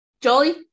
Jolie